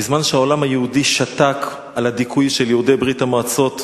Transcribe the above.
בזמן שהעולם היהודי שתק על הדיכוי של יהודי ברית-המועצות,